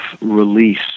release